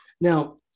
now